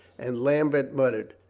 and lambert muttered.